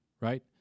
right